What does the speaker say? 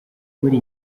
muri